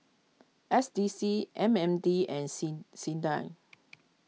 S D C M M D and sing Sinda